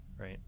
right